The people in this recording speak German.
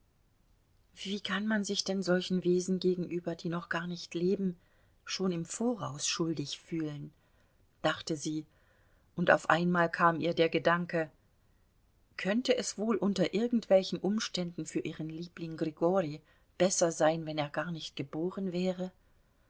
wie kann man sich denn solchen wesen gegenüber die noch gar nicht leben schon im voraus schuldig fühlen dachte sie und auf einmal kam ihr der gedanke könnte es wohl unter irgendwelchen umständen für ihren liebling grigori besser sein wenn er gar nicht geboren wäre